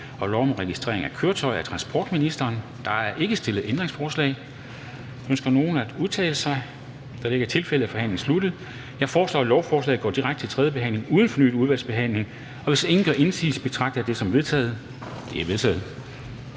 Formanden (Henrik Dam Kristensen): Der er ikke stillet ændringsforslag. Ønsker nogen at udtale sig? Da det ikke er tilfældet, er forhandlingen sluttet. Jeg foreslår, at lovforslaget går direkte til tredje behandling uden fornyet udvalgsbehandling. Hvis ingen gør indsigelse, betragter jeg det som vedtaget. Det er vedtaget.